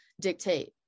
dictate